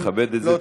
אני מכבד את זה.